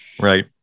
Right